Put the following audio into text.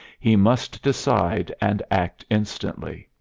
he must decide and act instantly.